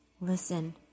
listen